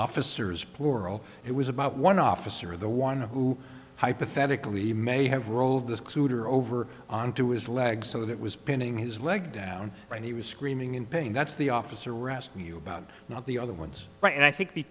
officers plural it was about one officer the one who hypothetically may have rolled the scooter over onto his leg so that it was pinning his leg down and he was screaming in pain that's the officer we're asking you about not the other ones right and i think the